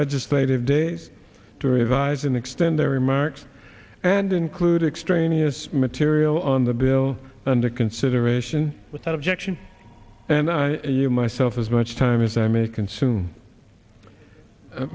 legislative days to revise and extend their remarks and include extraneous material on the bill under consideration without objection and i you myself as much time as i may consume